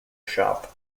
shop